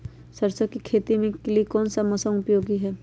सरसो की खेती के लिए कौन सा मौसम उपयोगी है?